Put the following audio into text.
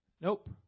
Nope